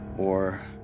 or.